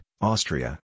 Austria